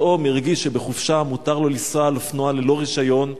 פתאום הרגיש שבחופשה מותר לו לנסוע על אופנוע ללא רשיון,